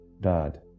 Dad